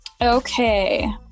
okay